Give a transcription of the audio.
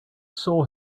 saw